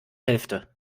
hälfte